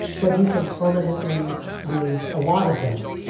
but you can permanently lose a lot of them.